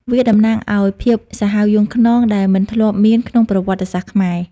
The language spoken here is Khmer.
វាតំណាងឱ្យភាពសាហាវយង់ឃ្នង ដែលមិនធ្លាប់មានក្នុងប្រវត្តិសាស្ត្រខ្មែរ។